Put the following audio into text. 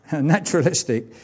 naturalistic